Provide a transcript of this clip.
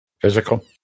Physical